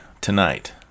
tonight